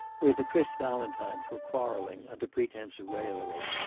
where the chris valentines were quarreling under pretense of raillery,